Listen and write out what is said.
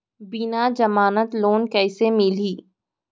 बिना जमानत लोन कइसे मिलही?